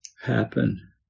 happen